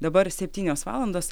dabar septynios valandos